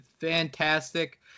fantastic